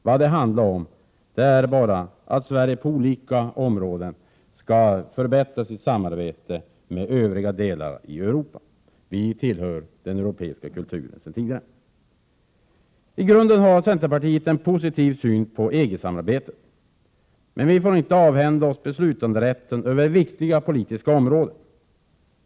Vad det handlar om är bara att Sverige på olika områden skall förbättra sitt samarbete med den övriga delen av Europa. Vi tillhör den europeiska kulturen sedan tidigare. I grunden har centerpartiet en positiv syn på EG-samarbetet, men vi får inte avhända oss beslutanderätten över viktiga politiska områden.